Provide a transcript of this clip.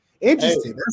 interesting